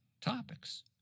topics